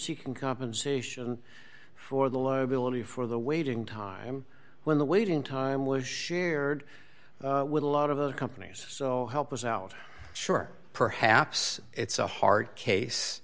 seeking compensation for the liability for the waiting time when the waiting time was shared with a lot of other companies so help us out sure perhaps it's a hard case